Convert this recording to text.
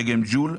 דגם ג'ול,